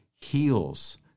heals